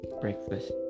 breakfast